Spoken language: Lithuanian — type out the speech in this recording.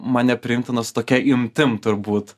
man nepriimtinas tokia imtim turbūt